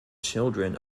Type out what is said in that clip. children